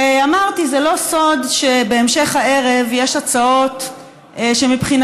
ואמרתי: זה לא סוד שבהמשך הערב יש הצעות שמבחינתנו,